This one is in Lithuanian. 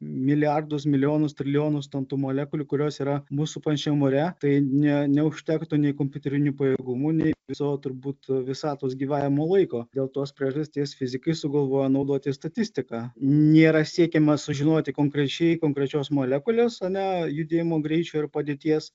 milijardus milijonus trilijonus ten tų molekulių kurios yra mus supančiam ore tai ne neužtektų nei kompiuterinių pajėgumų nei viso turbūt visatos gyvavimo laiko dėl tos priežasties fizikai sugalvojo naudoti statistiką nėra siekiama sužinoti konkrečiai konkrečios molekulės ane judėjimo greičio ir padėties